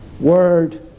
word